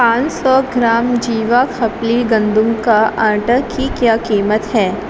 پانچ سو گرام جیوا کھپلی گندم کا آٹا کی کیا قیمت ہے